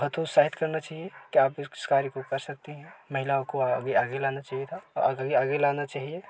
हतोत्साहित करना चाहिए कि आप भी इस कार्य को कर सकती हैं महिलाओं को आगे आगे लाना चाहिए था आगे लाना चाहिए